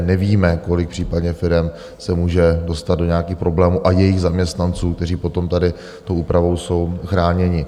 Nevíme, kolik případně firem se může dostat do nějakých problémů, a jejich zaměstnanců, kteří potom tady tou úpravou jsou chráněni.